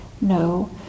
no